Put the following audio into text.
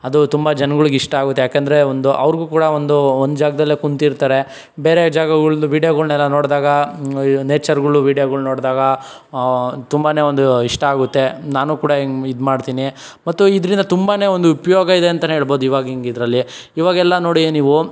ಅದು ತುಂಬ ಜನ್ಗುಳ್ಗೆ ಇಷ್ಟ ಆಗುತ್ತೆ ಯಾಕಂದರೆ ಒಂದು ಅವ್ರಿಗೂ ಕೂಡ ಒಂದು ಒಂದು ಜಾಗದಲ್ಲೇ ಕುಂತಿರ್ತಾರೆ ಬೇರೆ ಜಾಗಗುಳ್ದು ವೀಡ್ಯೊಗಳ್ನೆಲ್ಲ ನೋಡಿದಾಗ ನೇಚರ್ಗಳು ವೀಡ್ಯೊಗಳು ನೋಡಿದಾಗ ತುಂಬಾ ಒಂದು ಇಷ್ಟ ಆಗುತ್ತೆ ನಾನು ಕೂಡ ಹಿಂಗೆ ಇದು ಮಾಡ್ತೀನಿ ಮತ್ತು ಇದರಿಂದ ತುಂಬಾ ಒಂದು ಉಪಯೋಗ ಇದೆ ಅಂತಾನೆ ಹೇಳ್ಬೌದು ಇವಾಗಿಂಗೆ ಇದರಲ್ಲಿ ಇವಾಗೆಲ್ಲ ನೋಡಿ ನೀವು